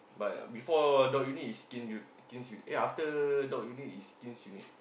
but before dog unit is kins u~ kins u~ eh after dog unit is kins unit